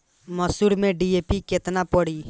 मसूर में डी.ए.पी केतना पड़ी?